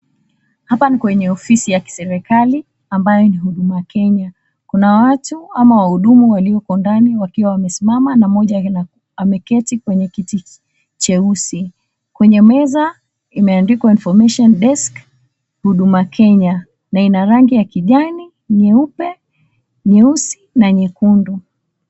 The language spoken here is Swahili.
Hapa ni kwenye ofisi ya kiserikali, ambayo ni Huduma Kenya. Kuna watu ama wahudumu walioko ndani wakiwa wamesimama, na mmoja ameketi kwenye kiti cheusi. Kwenye meza imeandikwa, Information Desk Huduma Kenya, na ina rangi ya kijani, nyeupe, nyeusi, na nyekundu.